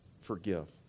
forgive